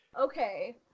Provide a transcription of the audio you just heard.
Okay